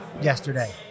yesterday